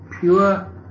pure